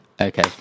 Okay